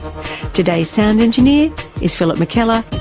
today's sound engineer is phillip mckellar.